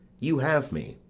you have me,